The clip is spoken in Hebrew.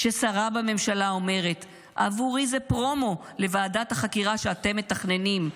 כששרה בממשלה אומרת: "עבורי זה פרומו לוועדת החקירה שאתם מתכננים.